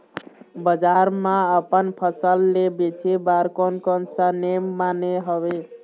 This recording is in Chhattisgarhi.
बजार मा अपन फसल ले बेचे बार कोन कौन सा नेम माने हवे?